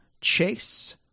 chase